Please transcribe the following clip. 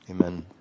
amen